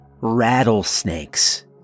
Rattlesnakes